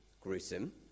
gruesome